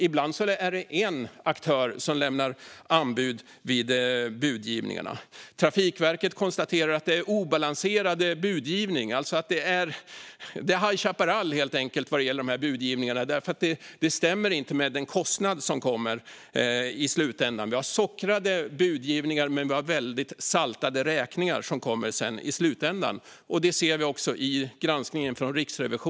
Ibland är det en enda aktör som lämnar anbud vid budgivningarna. Trafikverket konstaterar att det är obalanserade budgivningar. Det är helt enkelt High Chaparall vad gäller de här budgivningarna, för de stämmer inte med den kostnad som kommer i slutändan. Det är sockrade budgivningar, men det är väldigt saltade räkningar som kommer i slutändan. Det ser vi också i granskningen från Riksrevisionen.